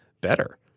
better